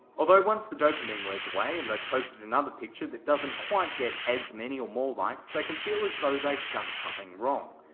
although, once the dopamine wears away and they've posted another picture that doesn't quite get as many or more likes, they can feel as though they've done something wrong,